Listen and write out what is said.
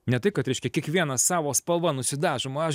ne tai kad reiškia kiekvienas savo spalva nusidažom aš